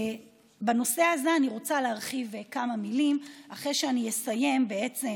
בנושא הזה אני רוצה להרחיב בכמה מילים אחרי שאני אסיים בעצם